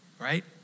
right